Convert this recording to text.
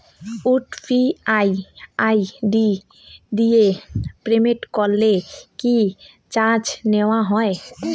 UPI ID দিয়ে payment করলে কি চার্জ নেয়া হয়?